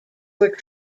were